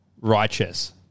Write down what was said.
righteous